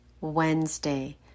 Wednesday